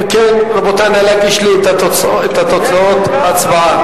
אם כן, רבותי, נא להגיש לי את תוצאות ההצבעה.